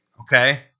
Okay